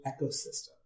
ecosystem